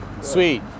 sweet